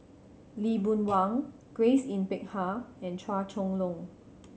Lee Boon Wang Grace Yin Peck Ha and Chua Chong Long